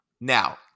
Now